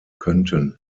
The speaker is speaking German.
könnten